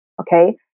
Okay